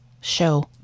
show